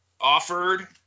offered